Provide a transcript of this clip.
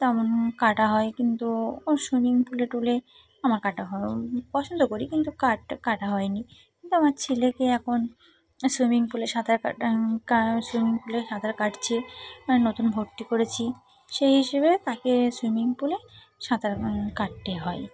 তেমন কাটা হয় কিন্তু ও সুইমিং পুলে টুলে আমার কাটা হয় পছন্দ করি কিন্তু কাটা কাটা হয়নি কিন্তু আমার ছেলেকে এখন সুইমিং পুলে সাঁতার কাটা কা সুইমিং পুলে সাঁতার কাটছে মানে নতুন ভর্তি করেছি সেই হিসেবে তাকে সুইমিং পুলে সাঁতার কাটতে হয়